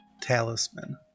talisman